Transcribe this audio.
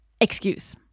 Excuse